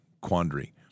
quandary